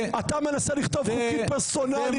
אתה מנסה לכתוב חוקים פרסונליים.